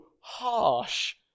harsh